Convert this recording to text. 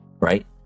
right